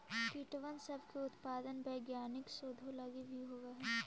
कीटबन सब के उत्पादन वैज्ञानिक शोधों लागी भी होब हई